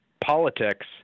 politics